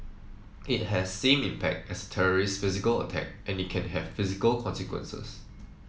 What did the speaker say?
it has same impact as terrorist's physical attack and it can have physical consequences